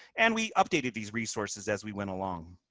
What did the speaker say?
and we updated these resources as we went along.